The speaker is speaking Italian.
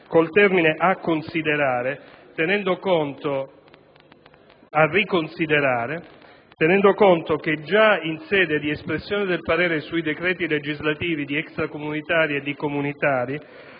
il termine "riconsiderare", tenendo conto che già in sede di espressione del parere sui decreti legislativi di extracomunitari e di comunitari